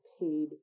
paid